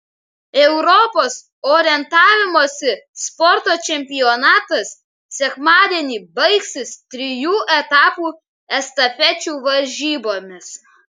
europos orientavimosi sporto čempionatas sekmadienį baigsis trijų etapų estafečių varžybomis